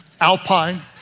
Alpine